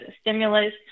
stimulus